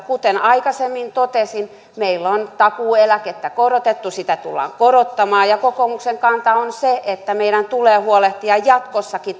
kuten aikaisemmin totesin meillä on takuueläkettä korotettu sitä tullaan korottamaan ja kokoomuksen kanta on se että meidän tulee huolehtia jatkossakin